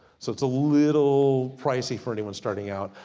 so it's a little pricey for anyone starting out.